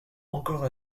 encore